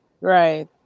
right